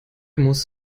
muss